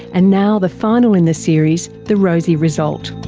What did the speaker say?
and now the final in the series, the rosie result.